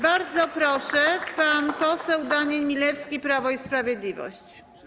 Bardzo proszę, pan poseł Daniel Milewski, Prawo i Sprawiedliwość.